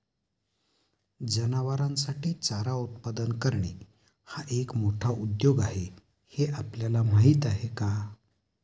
जनावरांसाठी चारा उत्पादन करणे हा एक मोठा उद्योग आहे हे आपल्याला माहीत आहे का?